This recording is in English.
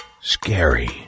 scary